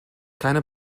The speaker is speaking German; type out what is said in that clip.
keine